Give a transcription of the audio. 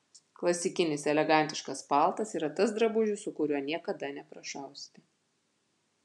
klasikinis elegantiškas paltas yra tas drabužis su kuriuo niekada neprašausite